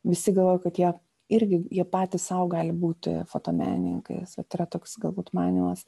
visi galvoja kad jie irgi jie patys sau gali būti fotomenininkai toks vat yra toks galbūt manymas